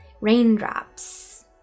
Raindrops